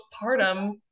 postpartum